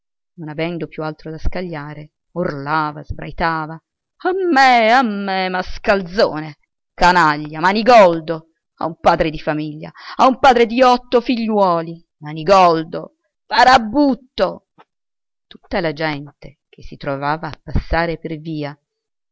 non avendo più altro da scagliare urlava sbraitava a me a me mascalzone canaglia manigoldo a un padre di famiglia a un padre di otto figliuoli manigoldo farabutto tutta la gente che si trovava a passare per via